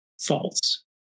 false